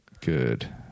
good